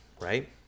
right